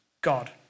God